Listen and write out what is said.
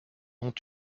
ont